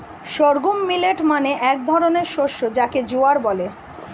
sorghum millet মানে এক ধরনের শস্য যাকে জোয়ার বলে